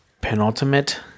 Penultimate